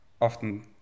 often